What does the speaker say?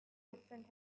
different